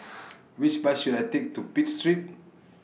Which Bus should I Take to Pitt Street